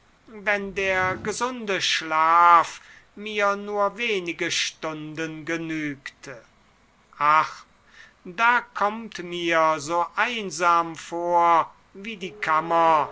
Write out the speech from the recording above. wenn der gesunde schlaf mir nur wenige stunden genügte ach da kommt mir so einsam vor wie die kammer